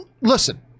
listen